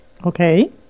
Okay